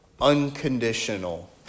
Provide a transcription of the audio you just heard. unconditional